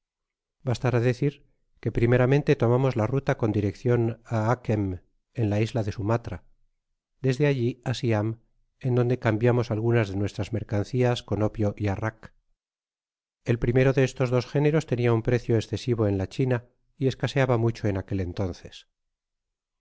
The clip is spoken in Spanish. y poco entretenido bastará decir que primeramente tomamos la ruta con direccion a achem en la isla de sumatra desde alli á siam en donde cambiamos algunas de nuestras mercancias con opio y arrak el primero de estos dos géneros tenia un precio escesivo en la china y escaseaba mucho en aquel entonces